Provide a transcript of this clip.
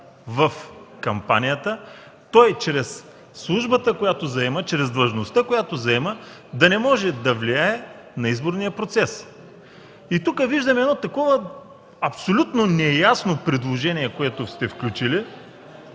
в кампанията чрез службата, която заема, чрез длъжността, която заема, да не може да влияе на изборния процес. Тук виждам едно неясно предложение, което сте включили,